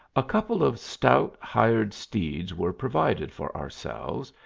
a couple of stout hired steeds were pro vided for ourselves,